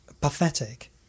pathetic